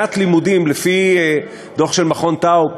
שנת לימודים, לפי דוח של מרכז טאוב,